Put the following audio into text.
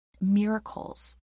miracles